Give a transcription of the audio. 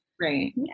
right